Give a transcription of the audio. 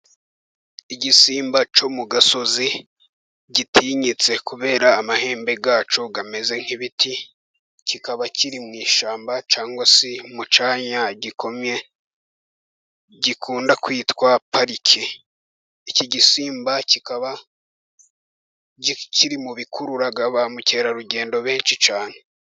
Igisimba cyo mu gasozi gitinyitse kubera amahembe yacyo ameze nk'ibiti, kikaba kiri mu ishyamba cyangwa se mu cyanya gikomeye gikunda kwitwa parike, iki gisimba kikaba kikiri mu bikurura ba mukerarugendo benshi cyane.